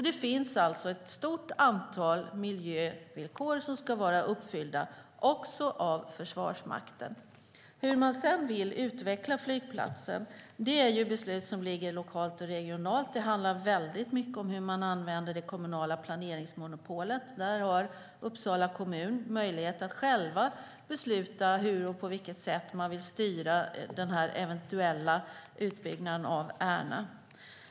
Det finns alltså ett stort antal miljövillkor som ska vara uppfyllda av Försvarsmakten. Beslut om hur man ska utveckla flygplatsen fattas sedan lokalt och regionalt. Det handlar väldigt mycket om hur man använder det kommunala planeringsmonopolet. Uppsala kommun har möjlighet att själv besluta på vilket sätt man ska styra den eventuella utbyggnaden av Ärna.